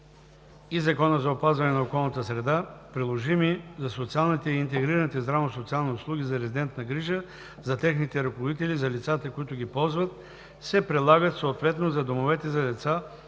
и Закона за опазване на околната среда, приложими за социалните и интегрираните здравно-социални услуги за резидентна грижа, за техните ръководители и за лицата, които ги ползват, се прилагат съответно за домовете за деца,